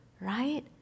right